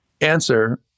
Answer